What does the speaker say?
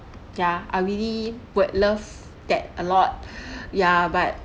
I really would love that a lot ya but